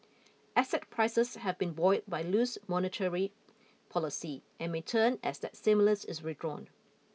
asset prices have been buoyed by loose monetary policy and may turn as that stimulus is withdrawn